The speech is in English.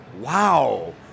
Wow